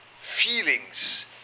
feelings